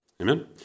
Amen